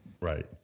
Right